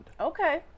Okay